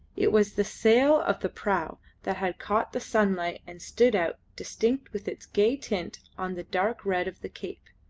it was the sail of the prau that had caught the sunlight and stood out, distinct with its gay tint, on the dark red of the cape.